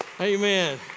Amen